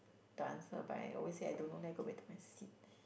the answer but I always say I don't know then I go back to my seat